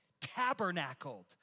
tabernacled